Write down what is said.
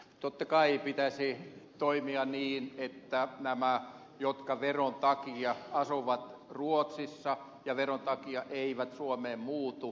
totta kai pitäisi toimia niin että lainsäädäntöä muutettaisiin niin että nämä jotka veron takia asuvat ruotsissa ja veron takia eivät suomeen muuttuu